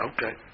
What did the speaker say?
Okay